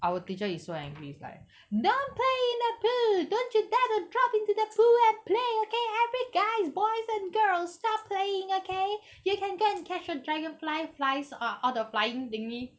our teacher is so angry he's like don't play in the pool don't you dare to drop into the pool and play okay every guys boys and girls stop playing okay you can go and catch a dragonfly flies ah all the flying thingy